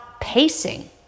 pacing